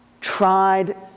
tried